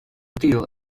dill